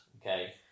okay